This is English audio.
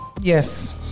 Yes